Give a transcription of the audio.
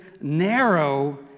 narrow